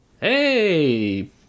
Hey